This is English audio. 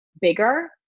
bigger